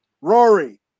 Rory